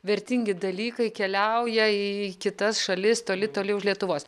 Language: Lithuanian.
vertingi dalykai keliauja į kitas šalis toli toli už lietuvos